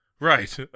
Right